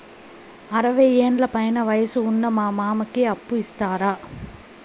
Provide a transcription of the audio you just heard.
అరవయ్యేండ్ల పైన వయసు ఉన్న మా మామకి అప్పు ఇస్తారా